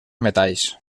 metalls